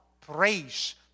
praise